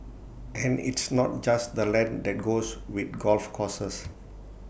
and it's not just the land that goes with golf courses